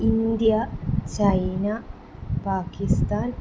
India China Pakistan